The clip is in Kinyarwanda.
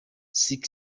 sick